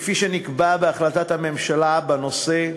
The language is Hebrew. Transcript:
כפי שנקבע בהחלטת הממשלה בנושא,